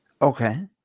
Okay